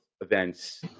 events